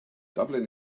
dublin